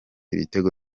ibitego